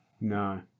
No